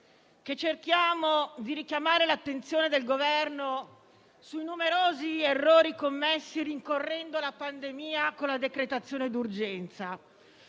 che cerchiamo di richiamare l'attenzione del Governo su numerosi errori commessi rincorrendo la pandemia con la decretazione d'urgenza.